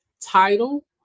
title